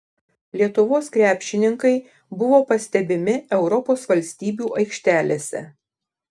lietuvos krepšininkai buvo pastebimi europos valstybių aikštelėse